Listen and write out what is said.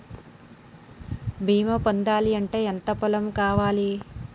బీమా పొందాలి అంటే ఎంత పొలం కావాలి?